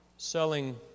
Selling